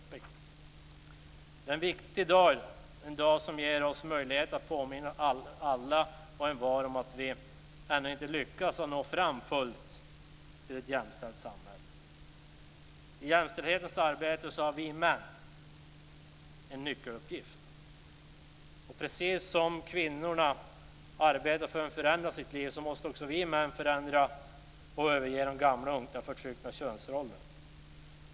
Det är alltså en viktig dag i dag - en dag som ger oss möjligheter att påminna alla och envar om att vi ännu inte har lyckats att fullt ut nå fram till ett jämställt samhälle. I jämställdhetsarbetet har vi män en nyckeluppgift. Precis som kvinnorna har arbetat för att förändra sina liv måste vi män förändra och överge de gamla unkna och förtryckande könsrollerna.